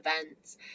events